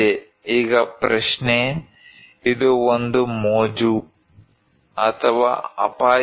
ಈಗ ಪ್ರಶ್ನೆ ಇದು ಒಂದು ಮೋಜು ಅಥವಾ ಅಪಾಯವೇ